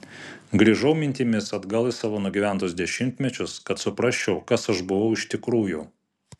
grįžau mintimis atgal į savo nugyventus dešimtmečius kad suprasčiau kas aš buvau iš tikrųjų